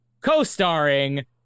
co-starring